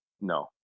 no